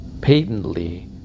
patently